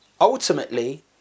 Ultimately